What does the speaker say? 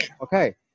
okay